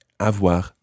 Avoir